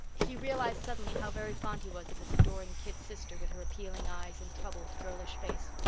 he realized suddenly how very fond he was of this adoring kid sister with her appealing eyes and troubled, girlish face.